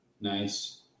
Nice